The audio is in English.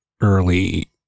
early